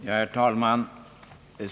Herr talman!